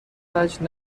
وجه